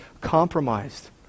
compromised